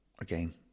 again